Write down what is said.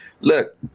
look